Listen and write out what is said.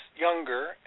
younger